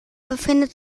befindet